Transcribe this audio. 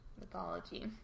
mythology